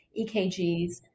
EKGs